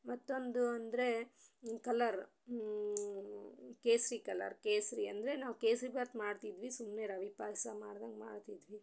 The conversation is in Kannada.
ಮತ್ತೊಂದು ಅಂದರೆ ಕಲರ್ ಕೇಸರಿ ಕಲರ್ ಕೇಸರಿ ಅಂದರೆ ನಾವು ಕೇಸರಿಭಾತ್ ಮಾಡ್ತಿದ್ವಿ ಸುಮ್ಮನೆ ರವೆ ಪಾಯಸ ಮಾಡ್ದಂಗೆ ಮಾಡ್ತಿದ್ವಿ